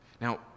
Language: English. Now